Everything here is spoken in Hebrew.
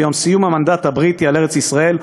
ביום סיום המנדט הבריטי על ארץ-ישראל,